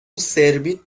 سربیت